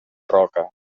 roca